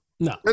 No